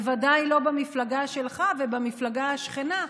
בוודאי לא במפלגה שלך ובמפלגה השכנה,